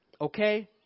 Okay